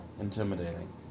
intimidating